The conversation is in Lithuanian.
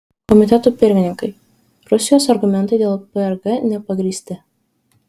komitetų pirmininkai rusijos argumentai dėl prg nepagrįsti